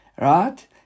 Right